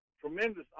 tremendous